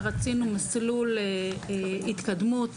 רצינו מסלול התקדמות,